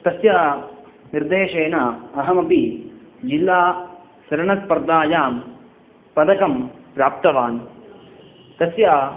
तस्य निर्देशेन अहमपि जिल्लातरणस्पर्धायां पदकं प्राप्तवान् तस्य